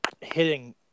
hitting